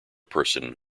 person